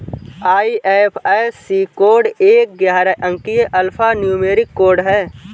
IFSC code एक ग्यारह अंकीय अल्फा न्यूमेरिक कोड है